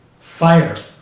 fire